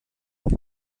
die